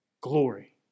Glory